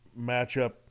matchup